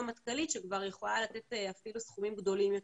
מטכ"לית שכבר יכולה לתת אפילו סכומים גדולים יותר.